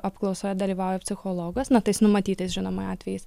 apklausoje dalyvauja psichologas na tais numatytais žinoma atvejais